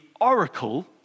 oracle